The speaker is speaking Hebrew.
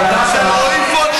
ידעתי שזה של רועי פולקמן.